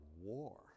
war